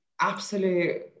absolute